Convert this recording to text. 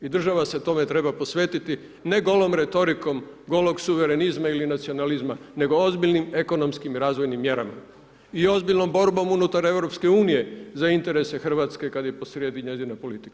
I država se tome treba posvetiti, ne golom retorikom, golog suverenizma ili nacionalizma nego ozbiljnim ekonomskim razvojnim mjerama i ozbiljnom borbom unutar EU za interese Hrvatske kada je po srijedi njezina politika.